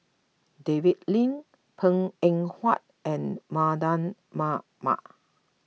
David Lim Png Eng Huat and Mardan Mamat